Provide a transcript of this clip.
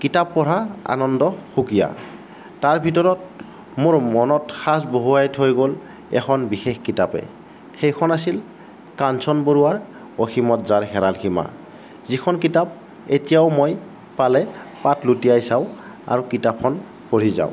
কিতাপ পঢ়াৰ আনন্দ সুকীয়া তাৰ ভিতৰত মোৰ মনত সাঁচ বহুৱাই থৈ গ'ল এখন বিশেষ কিতাপে সেইখন আছিল কাঞ্চন বৰুৱাৰ অসীমত যাৰ হেৰাল সীমা যিখন কিতাপ এতিয়াও মই পালে পাত লুটিয়াই চাওঁ আৰু কিতাপখন পঢ়ি যাওঁ